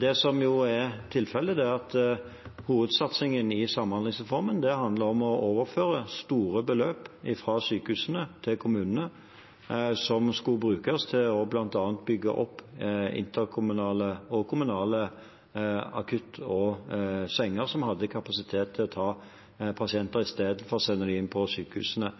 Det som er tilfellet, er at hovedsatsingen i samhandlingsreformen handlet om å overføre store beløp fra sykehusene til kommunene som skulle brukes til bl.a. å bygge opp interkommunale og kommunale akuttsenger som hadde kapasitet til å ta imot pasienter i stedet for å sende dem inn på sykehusene.